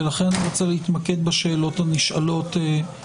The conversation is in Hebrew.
ולכן אני רוצה להתמקד בשאלות הנשאלות.